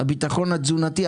הביטחון התזונתי,